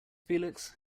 felix